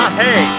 hey